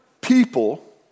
people